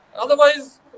otherwise